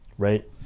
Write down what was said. right